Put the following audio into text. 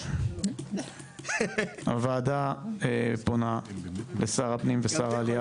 הוועדה פונה לשר הפנים ושר העלייה